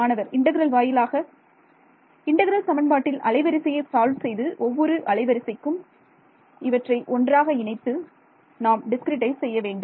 மாணவர் இன்டெக்ரல் வாயிலாக இன்டெக்ரல் சமன்பாட்டில் அலைவரிசையை சால்வ் செய்து ஒவ்வொரு அலைவரிசைக்கும் இவற்றை ஒன்றாக இணைத்து நாம் டிஸ்கிரிட்டைஸ் செய்ய வேண்டும்